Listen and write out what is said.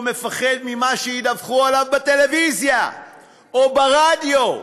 מפחד ממה שידווחו עליו בטלוויזיה או ברדיו.